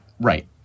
Right